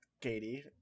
Katie